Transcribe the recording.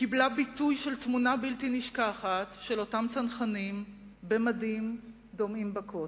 קיבלה ביטוי בתמונה הבלתי-נשכחת של אותם צנחנים במדים דומעים בכותל.